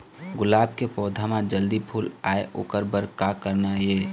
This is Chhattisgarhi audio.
गुलाब के पौधा म जल्दी फूल आय ओकर बर का करना ये?